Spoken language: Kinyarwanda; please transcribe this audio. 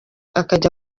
akajya